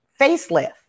facelift